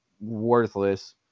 worthless